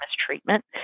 mistreatment